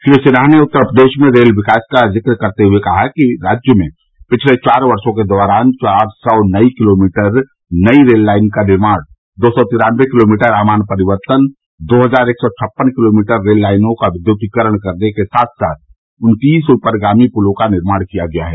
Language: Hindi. श्री सिन्हा ने उत्तर प्रदेश में रेल विकास का जिक्र करते हुए कहा कि राज्य में पिछते चार वर्षो के दौरान चार सौ नौ किलोमीटर नई रेल लाइन का निर्माण दो सौ तिरान्नवे किलोमीटर आमान परिवर्तन दो हजार एक सौ छप्पन किलोमीटर रेल लाइनों का विद्युतीकरण करने के साथ साथ उन्तीस उपरिगामी पुलों का निर्माण किया गया है